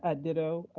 ah ditto,